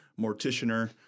morticianer